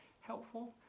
helpful